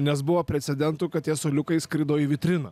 nes buvo precedentų kad tie suoliukai skrido į vitriną